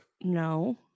No